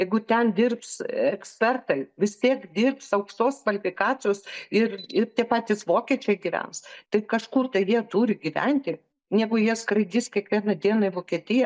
jeigu ten dirbs ekspertai vis tiek dirbs aukštos kvalifikacijos ir ir tie patys vokiečiai gyvens tai kažkur tai jie turi gyventi negu jie skraidys kiekvieną dieną į vokietiją